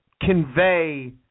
convey